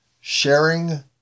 sharing